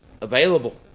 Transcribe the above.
available